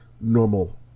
normal